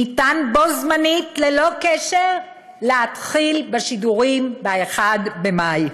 אפשר בו בזמן, ללא קשר, להתחיל בשידורים ב-1 במאי.